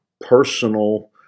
personal